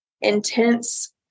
intense